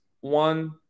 one